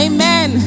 Amen